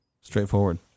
Straightforward